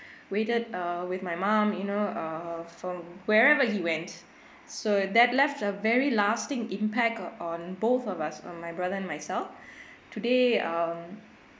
waited uh with my mum you know err from wherever he went so that left a very lasting impact on both of us on my brother myself today um